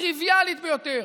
הטריוויאלית ביותר,